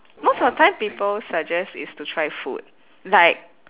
most of the time people suggest is to try food like